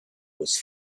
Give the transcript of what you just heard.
was